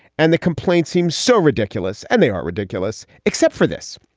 and the complaint seems so ridiculous. and they are ridiculous. except for this,